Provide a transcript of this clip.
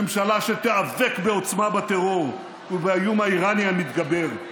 ממשלה שתיאבק בעוצמה בטרור ובאיום האיראני המתגבר,